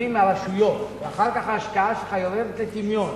התקציבים מהרשויות ואחר כך ההשקעה שלך יורדת לטמיון